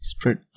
Spread